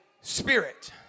spirit